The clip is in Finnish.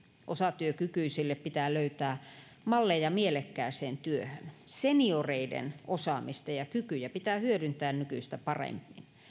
osatyökykyisille pitää löytää malleja mielekkääseen työhön senioreiden osaamista ja ja kykyjä pitää hyödyntää nykyistä paremmin